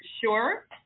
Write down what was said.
sure